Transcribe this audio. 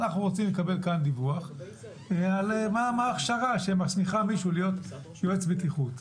אנחנו רוצים לקבל כאן דיווח מה ההכשרה שמסמיכה מישהו להיות יועץ בטיחות.